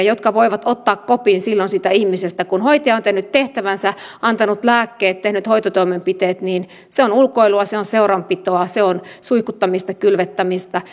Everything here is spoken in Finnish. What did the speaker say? jotka voivat ottaa kopin siitä ihmisestä silloin kun hoitaja on tehnyt tehtävänsä antanut lääkkeet tehnyt hoitotoimenpiteet se on ulkoilua se on seuranpitoa se on suihkuttamista kylvettämistä